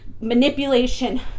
manipulation